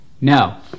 no